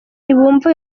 ntibumva